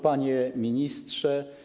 Panie Ministrze!